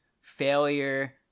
failure